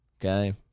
okay